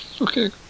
Okay